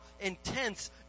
intense